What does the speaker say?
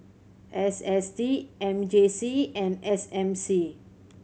S S T M J C and S M C